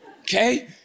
Okay